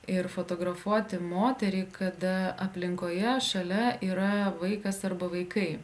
ir fotografuoti moterį kada aplinkoje šalia yra vaikas arba vaikai